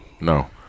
No